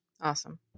Awesome